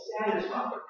satisfied